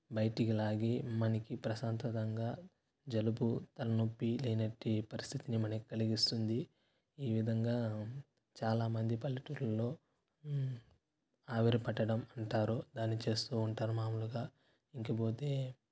బయటికి లాగి మనకి ప్రశాంతంగా జలుబు తలనొప్పి లేనట్టి పరిస్థితిని మనకి కలుగిస్తుంది ఈ విధంగా చాలా మంది పల్లెటూరిలో ఆవిరి పట్టడం అంటారు దాన్ని చేస్తూ ఉంటారు మామూలుగా ఇంకపోతే